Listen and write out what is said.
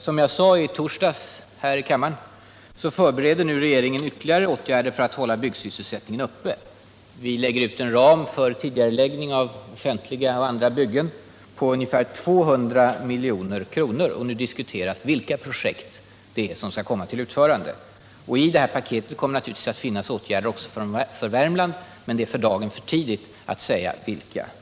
Som jag sade i torsdags här i kammaren förbereder regeringen nu ytterligare åtgärder för att hålla byggsysselsättningen uppe. Vi lägger ut en ram för tidigareläggning av offentliga och andra byggen på ungefär 200 milj.kr. Nu diskuteras vilka projekt som skall utföras. Där diskuteras också åtgärder för Värmland, men det är ännu för tidigt att säga vilka.